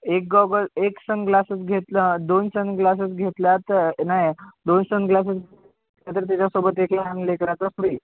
एक गॉगल एक सनग्लासेस घेतला दोन सनग्लासेस घेतल्या तर नाही दोन सनग्लासेस जर त्याच्यासोबत घेतला आणि लेकराचा फ्री